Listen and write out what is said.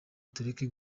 tureke